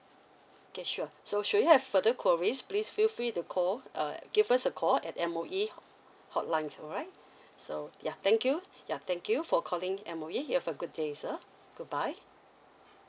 okay sure so should you have further queries please feel free to call uh give us a call at M_O_E uh hotline alright so ya thank you ya thank you for calling M_O_E you have a good day sir goodbye